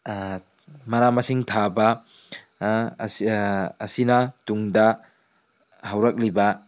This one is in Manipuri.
ꯃꯅꯥ ꯃꯁꯤꯡ ꯊꯥꯕ ꯑꯁꯤꯅ ꯇꯨꯡꯗ ꯍꯧꯔꯛꯂꯤꯕ